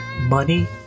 money